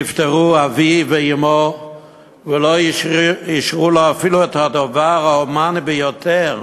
נפטרו אביו ואמו ולא אישרו לו אפילו את הדבר ההומני ביותר,